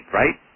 right